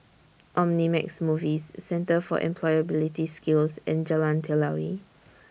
Omnimax Movies Centre For Employability Skills and Jalan Telawi